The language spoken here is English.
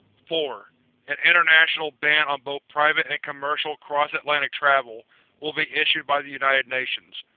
four an international ban on both private and commercial cross-atlantic travel will be issued by the united nations.